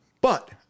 But-